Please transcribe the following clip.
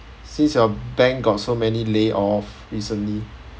since your bank got so many lay off recently